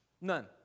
None